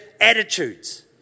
attitudes